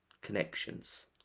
connections